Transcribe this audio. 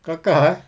kelakar eh